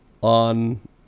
on